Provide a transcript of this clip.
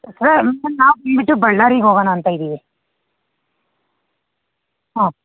ನಾವು ಬಂದುಬಿಟ್ಟು ಬಳ್ಳಾರಿಗೆ ಹೋಗೋಣ ಅಂತ ಇದ್ದೀವಿ ಹಾಂ